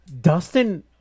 Dustin